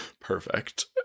perfect